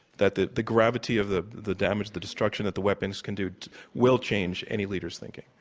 that the the gravity of the the damage, the destruction that the weapons can do will change any leaders' thinking.